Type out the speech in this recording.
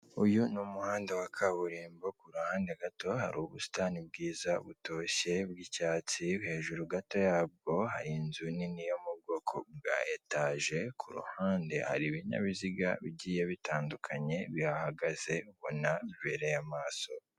Uyu ni umuhanda wa kaburimbo bwiza butoshye bw'icyatsi hejuru gato yabwo hari inzu yo mubwoko bwa etaje, ku ruhande ari ibinyabiziga bigiye bitandukanye birahagaze bunabereye amaso.